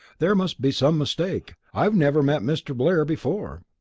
there must be some mistake, i've never met mr. blair before.